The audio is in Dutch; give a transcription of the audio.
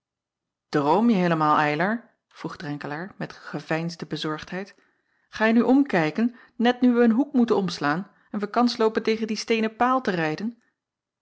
roomje heelemaal ylar vroeg renkelaer met een geveinsde bezorgdheid gaje nu omkijken net nu wij een hoek moeten omslaan en wij kans loopen tegen dien steenen paal te rijden